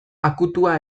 akutua